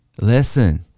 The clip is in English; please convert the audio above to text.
listen